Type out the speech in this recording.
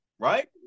Right